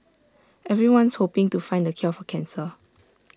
everyone's hoping to find the cure for cancer